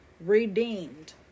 redeemed